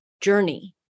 journey